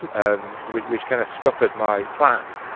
and which which kind of scuppered my plan,